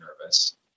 nervous